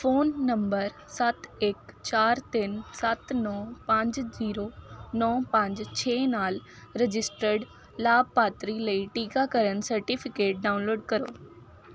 phone number ਸੱਤ ਇੱਕ ਚਾਰ ਤਿੰਨ ਸੱਤ ਨੌਂ ਪੰਜ ਜ਼ੀਰੋ ਨੌਂ ਪੰਜ ਛੇ ਨਾਲ ਰਜਿਸਟਰਡ ਲਾਭਪਾਤਰੀ ਲਈ ਟੀਕਾਕਰਨ ਸਰਟੀਫਿਕੇਟ ਡਾਊਨਲੋਡ ਕਰੋ